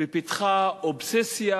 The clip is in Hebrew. ופיתחה אובססיה